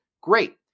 Great